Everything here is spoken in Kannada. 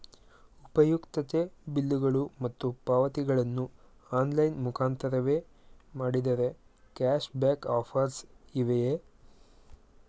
ಉಪಯುಕ್ತತೆ ಬಿಲ್ಲುಗಳು ಮತ್ತು ಪಾವತಿಗಳನ್ನು ಆನ್ಲೈನ್ ಮುಖಾಂತರವೇ ಮಾಡಿದರೆ ಕ್ಯಾಶ್ ಬ್ಯಾಕ್ ಆಫರ್ಸ್ ಇವೆಯೇ?